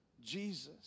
Jesus